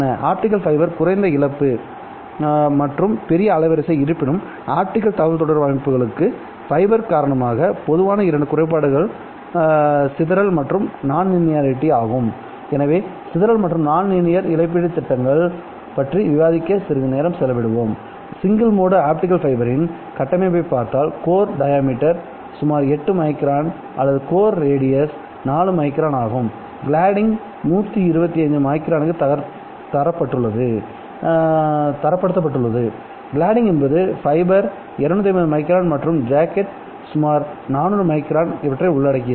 optical fibre குறைந்த இழப்பு மற்றும் பெரிய அலைவரிசைஇருப்பினும் ஆப்டிகல் தகவல்தொடர்பு அமைப்புகளுக்கு ஃபைபர் காரணமாக பொதுவான இரண்டு குறைபாடுகள் சிதறல் மற்றும் நான்லீனியாரிட்டிஆகும்எனவே சிதறல் மற்றும் நான்லீனியர் இழப்பீட்டுத் திட்டங்கள் பற்றி விவாதிக்க சிறிது நேரம் செலவிடுவோம் சிங்கிள் மோடு ஆப்டிகல் ஃபைபரின் கட்டமைப்பைப் பார்த்தால்கோர் டயாமீட்டர் சுமார் 8 மைக்ரான் அல்லது கோர் ரேடியஸ் 4 மைக்ரான் ஆகும் கிளாடிங் 125 மைக்ரானுக்கு தரப்படுத்தப்பட்டுள்ளது கிளாடிங் என்பது பஃபர் 250 மைக்ரான் மற்றும் ஜாக்கெட் சுமார் 400 மைக்ரான்இவற்றை உள்ளடக்கியது